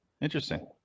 interesting